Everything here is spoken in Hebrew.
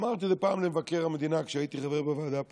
אמרתי פעם למבקר המדינה, כשהייתי חבר בוועדה פה: